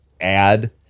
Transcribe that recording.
add